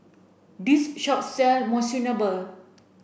this shop sell Monsunabe